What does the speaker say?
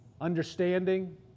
understanding